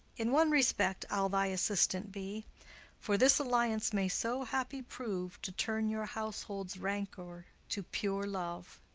in one respect i'll thy assistant be for this alliance may so happy prove to turn your households' rancour to pure love.